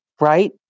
right